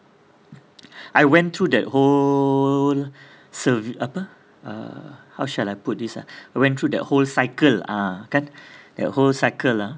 I went through that whole serv~ apa uh how shall I put this ah I went through that whole cycle ah kan that whole cycle ah